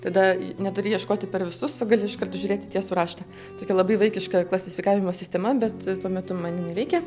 tada neturi ieškoti per visus gali iš karto žiūrėt į tiesų raštą tokia labai vaikiška klasifikavimo sistema bet tuo metu man jinai veikė